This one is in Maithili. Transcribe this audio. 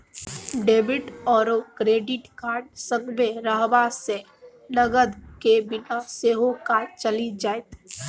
डेबिट आओर क्रेडिट कार्ड संगमे रहबासँ नगद केर बिना सेहो काज चलि जाएत